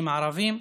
הערבים.